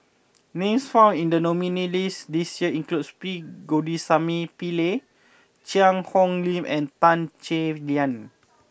names found in the nominees' list this year include P Govindasamy Pillai Cheang Hong Lim and Tan Chay Yan